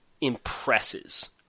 impresses